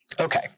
Okay